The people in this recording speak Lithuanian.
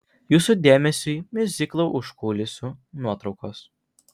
jūsų dėmesiui miuziklo užkulisių nuotraukos